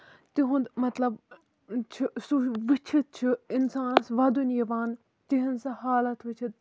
تِہُند مطلب چھُ سُہ وٕچھِتھ چھُ اِنسانَس وَدُن یِوان تِہنزٕ حالَت وٕچھِتھ